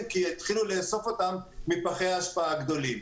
כי יתחילו לאסוף אותם מפחי האשפה הגדולים.